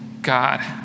God